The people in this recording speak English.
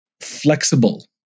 flexible